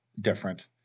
different